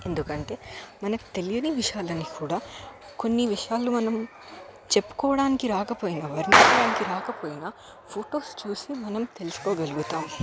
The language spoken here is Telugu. ఎందుకంటే మనకి తెలియని విషయాలని కూడా కొన్ని విషయాలు మనం చెప్పుకోవడానికి రాకపోయినా వర్ణించడానికి రాకపోయినా ఫొటోస్ చూసి మనం తెలుసుకోగలుగుతాము